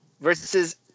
versus